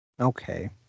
Okay